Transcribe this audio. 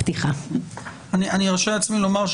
אני ארשה לעצמי לומר,